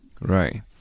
Right